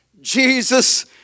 Jesus